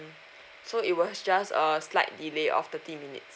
so it was just a slight delay of thirty minutes